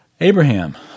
Abraham